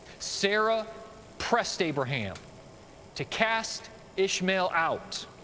sarah pressed abraham to cast ishmael out.